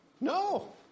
No